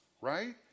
right